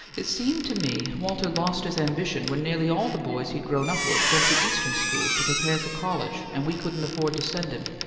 it seemed to me walter lost his ambition when nearly all the boys he'd grown up with went to eastern schools to prepare for college, and we couldn't afford to send him.